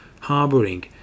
harboring